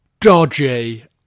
dodgy